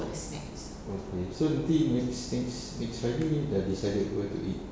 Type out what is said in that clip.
okay so nanti next next friday dah decided where to eat